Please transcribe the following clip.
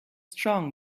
strong